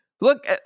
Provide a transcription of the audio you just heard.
look